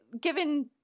given